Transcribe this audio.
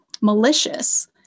malicious